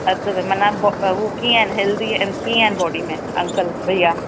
अधि में माना हू कीअं आहिनि हेल्दी आहिनि कीअं आहिनि बॉडी में अंकल भैया